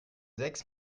sechs